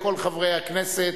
ברור שלא רק ליוזמים נדרשת הצעת